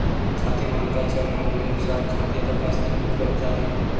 खाते मालकाच्या मागणीनुसार खाते तपासणी उपलब्ध आहे